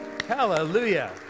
Hallelujah